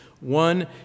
One